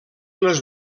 les